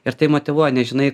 ir tai motyvuoja nes žinai